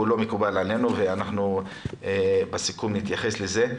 לא מקובלת עלינו ואנחנו נתייחס לזה בסיכום.